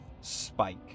spike